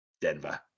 Denver